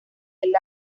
del